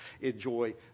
enjoy